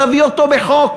תביא אותו בחוק,